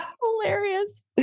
Hilarious